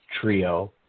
trio